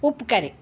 ಉಪ್ಪುಕರಿ